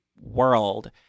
world